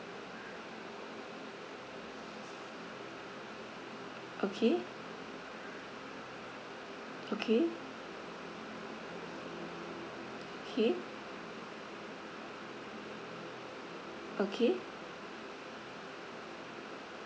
okay okay okay okay